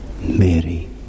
Mary